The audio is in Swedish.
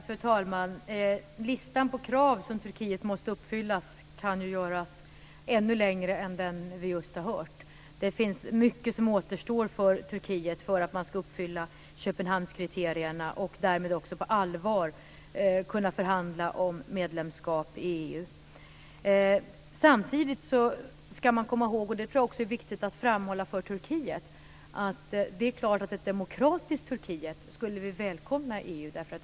Fru talman! Listan på krav som Turkiet måste uppfylla kan ju göras ännu längre än den vi just har hört. Det finns mycket som återstår för Turkiet för att man ska uppfylla Köpenhamnskriterierna och därmed på allvar kunna förhandla om medlemskap i EU. Samtidigt ska vi komma ihåg - och det är viktigt att framhålla för Turkiet - att det är klart att vi skulle välkomna ett demokratiskt Turkiet i EU.